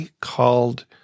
called